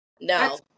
no